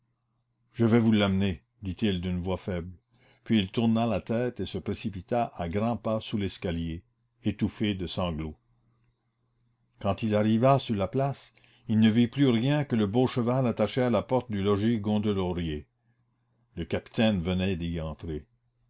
je vais vous l'amener dit-il d'une voix faible puis il tourna la tête et se précipita à grands pas sous l'escalier étouffé de sanglots quand il arriva sur la place il ne vit plus rien que le beau cheval attaché à la porte du logis gondelaurier le capitaine venait d'y entrer